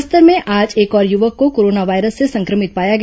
बस्तर में आज एक और युवक को कोरोना वायरस से सं क्र मित पाया गया